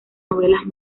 novelas